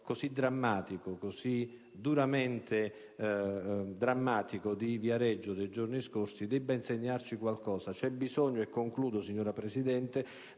l'episodio così duramente drammatico di Viareggio nei giorni scorsi debba insegnarci qualcosa. C'è bisogno - e concludo, signora Presidente